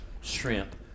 shrimp